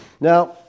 Now